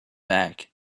back